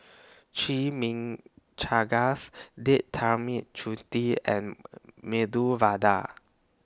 Chimichangas Date Tamarind Chutney and Medu Vada